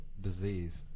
disease